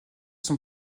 sont